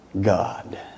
God